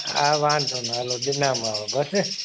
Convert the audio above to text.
हा वांदो न हलो ॾिनामाव बसि